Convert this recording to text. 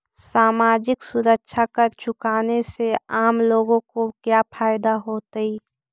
सामाजिक सुरक्षा कर चुकाने से आम लोगों को क्या फायदा होतइ